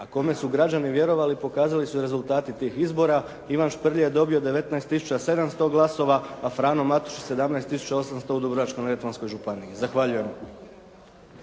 a kome su građani vjerovali, pokazali su rezultati tih izbora, Ivan Šprlje je dobio 19 700 glasova, a Frano Matušić 17 800 u Dubrovačko-neretvanskoj županiji. Zahvaljujem.